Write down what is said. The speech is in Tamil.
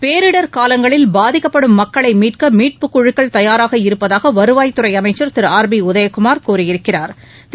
பேரிடர் காலங்களில் பாதிக்கப்படும் மக்களை மீட்க மீட்புக் குழுக்கள் தயாராக இருப்பதாக வருவாய்த் துறை அமைச்சா் திரு ஆர் பி உதயகுமாா் கூறியிருக்கிறாா்